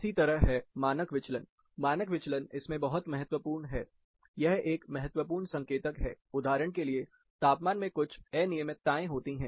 इसी तरह है मानक विचलन मानक विचलन इसमें बहुत महत्वपूर्ण है यह एक महत्वपूर्ण संकेतक है उदाहरण के लिए तापमान मैं कुछ अनियमितताएँ होती हैं